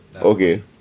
Okay